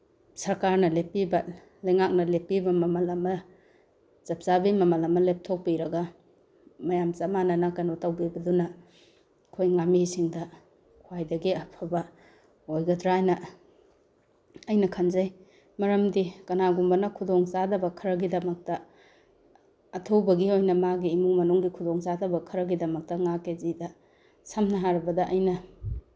ꯁꯔꯀꯥꯔ ꯂꯦꯞꯄꯤꯕ ꯂꯩꯉꯥꯛꯅ ꯂꯦꯞꯄꯤꯕ ꯃꯃꯜ ꯑꯃ ꯆꯞ ꯆꯥꯕꯤ ꯃꯃꯜ ꯑꯃ ꯂꯦꯞꯊꯣꯛꯄꯤꯔꯒ ꯃꯌꯥꯝ ꯆꯞ ꯃꯥꯟꯅꯅ ꯀꯩꯅꯣ ꯇꯧꯕꯤꯕꯗꯨꯅ ꯑꯩꯈꯣꯏ ꯉꯥꯃꯤꯁꯤꯡꯗ ꯈ꯭ꯋꯥꯏꯗꯒꯤ ꯑꯐꯕ ꯑꯣꯏꯒꯗ꯭ꯔꯥꯅ ꯑꯩꯅ ꯈꯟꯖꯩ ꯃꯔꯝꯗꯤ ꯀꯅꯥꯒꯨꯝꯕꯅ ꯈꯨꯗꯣꯡꯆꯥꯗꯕ ꯈꯔꯒꯤꯗꯃꯛꯇ ꯑꯊꯨꯕꯒꯤ ꯑꯣꯏꯅ ꯃꯥꯒꯤ ꯏꯃꯨꯡ ꯃꯅꯨꯡꯒꯤ ꯈꯨꯗꯣꯡꯆꯥꯗꯕ ꯈꯔꯒꯤꯗꯃꯛꯇ ꯉꯥ ꯀꯦ ꯖꯤꯗ ꯁꯝꯅ ꯍꯥꯏꯔꯕꯗ ꯑꯩꯅ